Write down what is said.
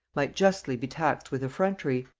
might justly be taxed with effrontery.